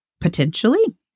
Potentially